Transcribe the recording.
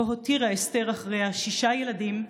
שבו הותירה אסתר אחריה שישה ילדים,